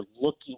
looking